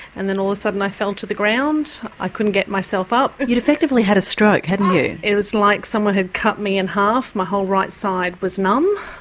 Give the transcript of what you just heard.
and then all of a sudden i fell to the ground, i couldn't get myself up. you'd effectively had a stroke, hadn't you? it was like someone had cut me in half, my whole right side was numb,